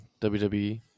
WWE